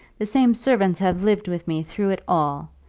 the same servants have lived with me through it all.